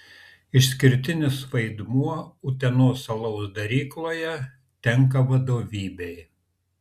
išskirtinis vaidmuo utenos alaus darykloje tenka vadovybei